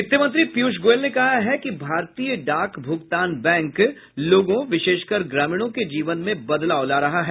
वित्त मंत्री पीयूष गोयल ने कहा कि भारतीय डाक भुगतान बैंक लोगों विशेषकर ग्रामीणों के जीवन में बदलाव ला रहा है